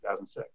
2006